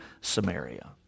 Samaria